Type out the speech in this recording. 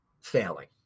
failing